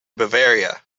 bavaria